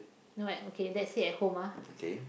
know what okay let's say at home ah